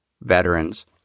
veterans